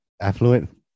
Affluent